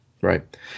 Right